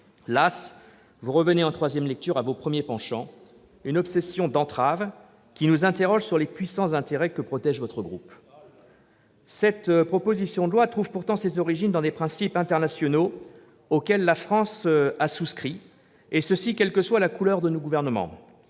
Las, vous revenez en troisième lecture à vos premiers penchants, une obsession de l'entrave, qui nous interroge sur les puissants intérêts que protège votre groupe. Ah là là ... Cette proposition de loi trouve pourtant ses origines dans des principes internationaux auxquels la France a souscrit, quelle que soit la couleur politique de nos gouvernements.